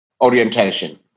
orientation